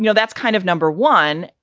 you know that's kind of number one.